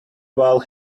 while